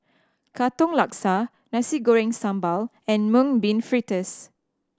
Katong Laksa Nasi Goreng Sambal and Mung Bean Fritters